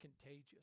contagious